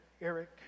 Eric